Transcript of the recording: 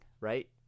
right